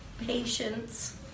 Patience